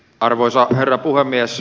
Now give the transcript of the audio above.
arvoisa herra puhemies